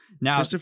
Now